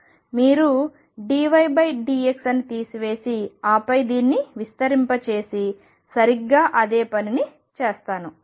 మీరు dy dx ని తీసివేసి ఆపై దీన్ని విస్తరింపజేసి సరిగ్గా అదే పనిని చేస్తాను